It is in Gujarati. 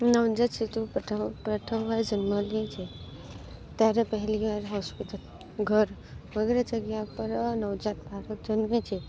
નવજાત શિશુ પ્રથમવાર જન્મ લે છે ત્યારે પહેલીવાર હોસ્પિટલ ઘર વગેરે જગ્યા પર નવજાત બાળક જન્મે છે